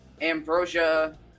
ambrosia